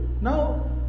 now